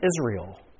Israel